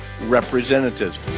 representatives